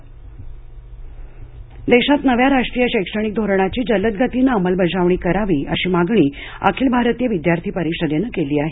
अभाविप देशात नव्या राष्ट्रीय शैक्षणिक धोरणाची जलदगतीनं अंमलबजावणी करावी अशी मागणी अखिल भारतीय विद्यार्थी परिषदेनं केली आहे